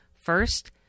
First